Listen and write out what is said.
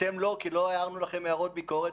אתם לא, כי לא הערנו לכם הערות ביקורת.